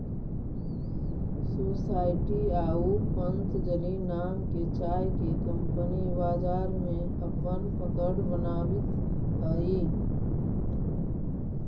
society आउ पतंजलि नाम के चाय के कंपनी बाजार में अपन पकड़ बनावित हइ